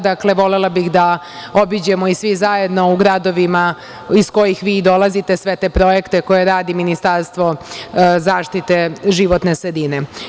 Dakle, volela bih da obiđemo i svi zajedno u gradovima iz kojih vi dolazite sve te projekte koje radi Ministarstvo zaštite životne sredine.